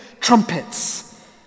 trumpets